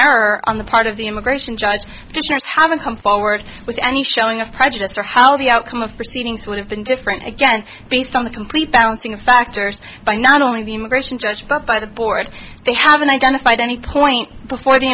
error on the part of the immigration judge haven't come forward with any showing of prejudice or how the outcome of proceedings would have been different again based on the complete balancing of factors by not only the immigration judge but by the board they haven't identified any point before the